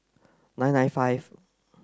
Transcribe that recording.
nine nine five